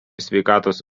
sveikatos